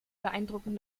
beeindrucken